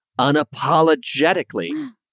unapologetically